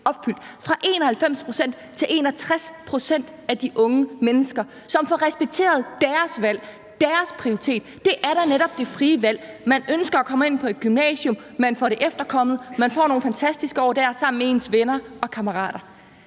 fra 91 pct. til 61 pct. af de unge mennesker, som får respekteret deres valg, deres prioritet. Det er da netop det frie valg, at man ønsker at komme ind på et gymnasium, og at man får det efterkommet og får nogle fantastiske år dér sammen med sine venner og kammerater.